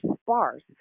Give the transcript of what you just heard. sparse